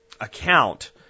account